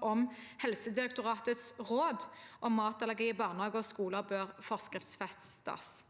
om Helsedirektoratets råd om matallergi i barnehager og skoler bør forskriftsfestes.